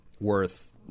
worth